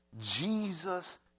Jesus